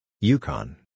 Yukon